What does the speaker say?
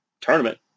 tournament